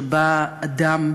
שבה אדם,